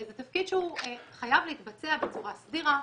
זה תפקיד שהוא חייב להתבצע בצורה סדירה,